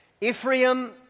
Ephraim